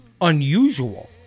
unusual